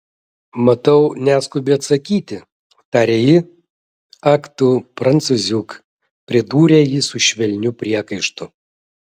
matau neskubi atsakyti tarė ji ak tu prancūziuk pridūrė ji su švelniu priekaištu